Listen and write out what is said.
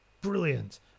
Brilliant